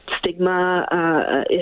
stigma